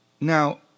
Now